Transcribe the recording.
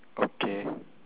okay